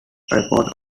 record